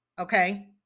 okay